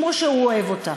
וכמו שהוא אוהב אותה,